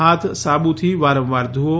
હાથ સાબુથી વારંવાર ધુવો